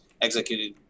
executed